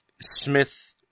Smith